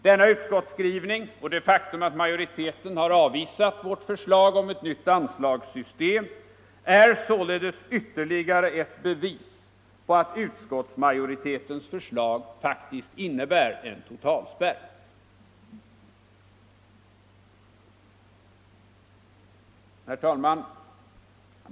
Denna utskottsskrivning och det faktum att majoriteten har avvisat vårt förslag om ett nytt anslagssystem är således ytterligare bevis på att utskottsmajoritetens förslag innebär en totalspärr. Herr talman!